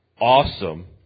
awesome